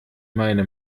meine